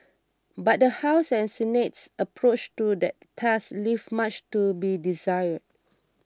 but the House and Senate's approach to that task leave much to be desired